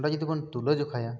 ᱱᱚᱰᱮ ᱡᱩᱫᱤ ᱵᱚᱱ ᱛᱩᱞᱟᱹ ᱡᱚᱠᱷᱟᱭᱟ